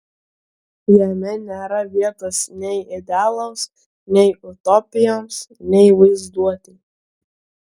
jame nėra vietos nei idealams nei utopijoms nei vaizduotei